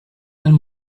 and